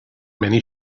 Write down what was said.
many